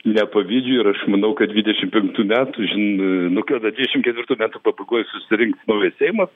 nepavydžiu ir aš manau kad dvidešim penktų metų žin nu kada dvidešim ketvirtų metų pabaigoj susirinks naujas seimas